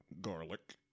garlic